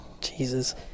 Jesus